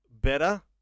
better